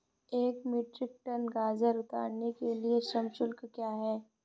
एक metric tonne गाजर उतारने के लिए श्रम शुल्क क्या है?